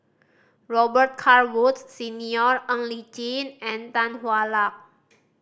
Robet Carr Woods Senior Ng Li Chin and Tan Hwa Luck